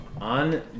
on